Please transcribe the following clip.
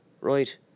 Right